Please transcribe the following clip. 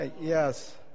Yes